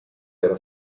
era